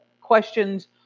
questions